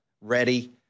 ready